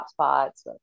hotspots